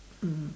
mm